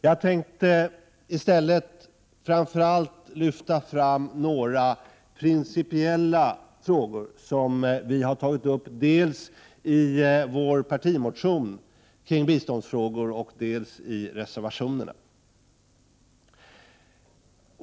Jag tänkte i stället lyfta fram några principiella frågor som vi har tagit upp dels i vår partimotion om biståndsfrågor, dels i reservationerna.